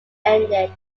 ended